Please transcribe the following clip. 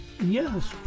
Yes